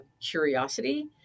curiosity